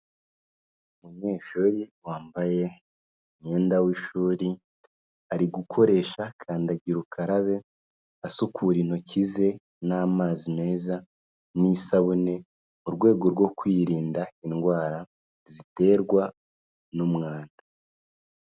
Umunyeshuri wambaye umwenda w'ishuri, ari gukoresha kandagira ukarabe, asukura intoki ze n'amazi meza n'isabune, mu rwego rwo kwirinda indwara ziterwa n'umwanda.